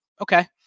Okay